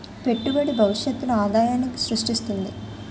పెట్టుబడి భవిష్యత్తులో ఆదాయాన్ని స్రృష్టిస్తుంది